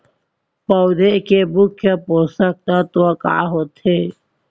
पौधे के मुख्य पोसक तत्व का होथे?